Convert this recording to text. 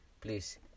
please